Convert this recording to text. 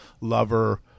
lover